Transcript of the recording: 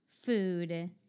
Food